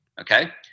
Okay